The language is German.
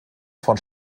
von